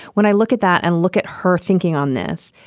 when i look at that and look at her thinking on this,